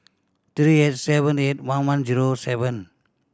three eight seven eight one one zero seven